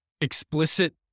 explicit